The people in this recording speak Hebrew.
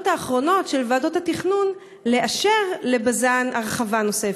האחרונות של ועדות התכנון לאשר לבז"ן הרחבה נוספת.